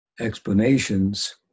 explanations